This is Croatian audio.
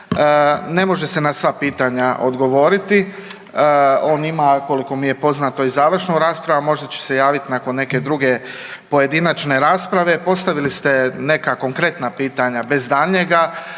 Ne može se na sva pitanja odgovoriti. On ima, koliko mi je poznato, i završnu raspravu, a možda će se javit nakon neke druge pojedinačne rasprave. Postavili ste neka konkretna pitanja bez daljnjega.